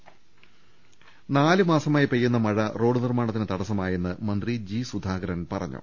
ദർവ്വെട്ടറ നാലുമാസമായി പെയ്യുന്ന മഴ റോഡ് നിർമ്മാണത്തിന് തടസ്സമായെന്ന് മന്ത്രി ജി സുധാകരൻ പറഞ്ഞു